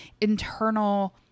internal